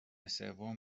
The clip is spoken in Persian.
سوم